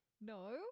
No